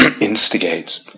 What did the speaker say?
instigates